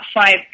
five